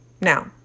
Now